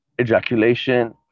ejaculation